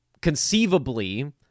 conceivably